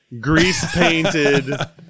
grease-painted